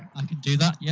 i can do that, yep.